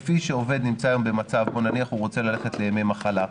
כפי שעובד נמצא היום במצב בו נניח הוא רוצה ללכת לימי מחלה,